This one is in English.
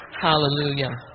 hallelujah